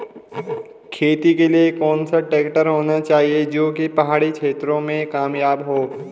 खेती के लिए कौन सा ट्रैक्टर होना चाहिए जो की पहाड़ी क्षेत्रों में कामयाब हो?